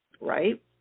right